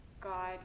God